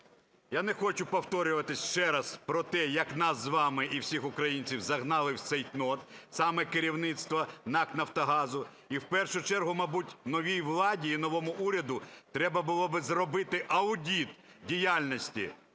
Я не хочу повторюватись ще раз, як нас з вами і всіх українців загнали в цейтнот саме керівництво НАК "Нафтогазу". І, в першу чергу, мабуть, новій владі і новому уряду треба було би зробити аудит діяльності